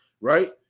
right